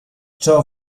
ciò